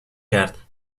کرد